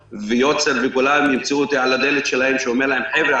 ויוצר וגולן ימצאו אותי על הדלת שלהם אומר להם חבר'ה,